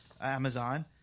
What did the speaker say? Amazon